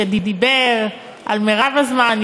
שדיבר על מרב הזמן,